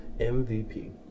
MVP